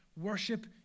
Worship